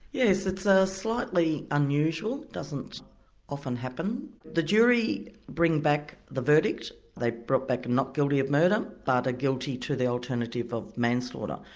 yes, it's ah slightly unusual. it doesn't often happen. the jury bring back the verdict, they brought back not guilty of murder, but a guilty to the alternative of manslaughter.